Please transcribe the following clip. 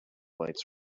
lights